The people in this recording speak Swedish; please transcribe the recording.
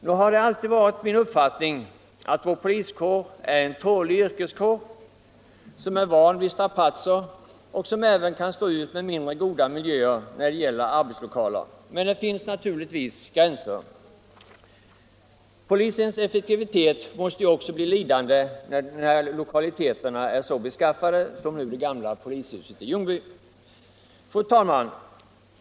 Nu har det alltid varit min uppfattning att vår polis är en tålig yrkeskår som är van vid strapatser och som även kan stå ut med mindre goda miljöer när det gäller arbetslokaler. Men det finns naturligtvis gränser. Polisens effektivitet måste ju också bli lidande när lokaliteterna är så beskaffade som det gamla polishuset i Ljungby. Fru talman!